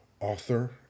Author